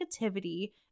negativity